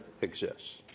exists